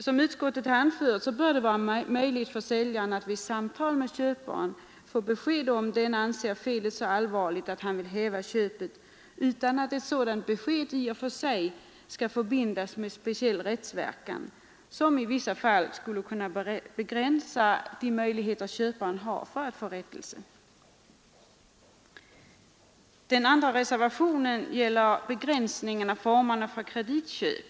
Som utskottet anfört bör det vara möjligt för säljaren att vid samtal med köparen få veta, om denne anser felet så allvarligt att han vill häva köpet, utan att ett sådant besked i och för sig förbinds med speciell rättsverkan, som i vissa fall skulle kunna begränsa de möjligheter köparen har att få rättelse. Den andra reservationen gäller begränsningen av formerna för kreditköp.